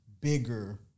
bigger